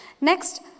Next